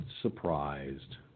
surprised